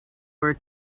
were